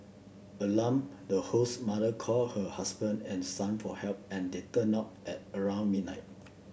alarmed the host's mother called her husband and son for help and they turned up at around midnight